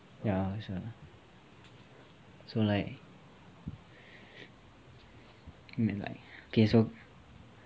ya so so like okay so